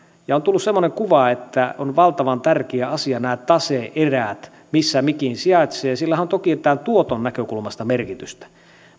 ja on tullut semmoinen kuva että on valtavan tärkeä asia nämä tase erät se missä mikin sijaitsee sillähän on toki tämän tuoton näkökulmasta merkitystä